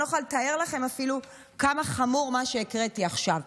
אני לא יכולה לתאר לכם אפילו כמה חמור מה שהקראתי עכשיו.